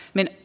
Men